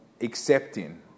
accepting